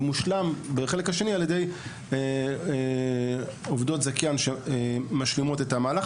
והוא מושלם החלק השני על-ידי עובדות זכיין שמשלימות את המהלך